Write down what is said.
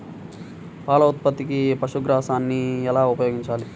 పాల ఉత్పత్తికి పశుగ్రాసాన్ని ఎలా ఉపయోగించాలి?